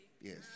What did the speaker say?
Yes